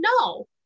no